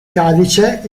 cadice